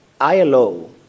ILO